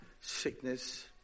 Sickness